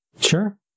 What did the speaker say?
Sure